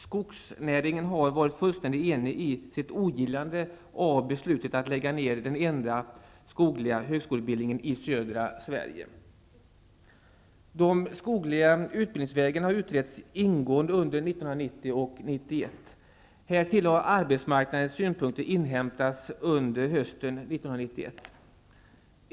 Skogsnäringen har varit fullständigt enig i sitt ogillande av beslutet att lägga ned den enda skogliga högskoleutbildningen i södra De skogliga utbildningsvägarna har utretts ingående under 1990/91. Härtill har arbetsmarknadens synpunkter inhämtats under hösten 1991.